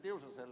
tiusaselle